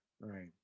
right